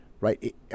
right